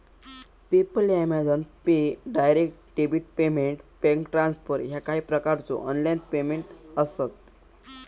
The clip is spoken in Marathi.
PayPal, Amazon Pay, direct debit payment, bank transfer ह्या काही प्रकारचो ऑनलाइन पेमेंट आसत